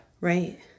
Right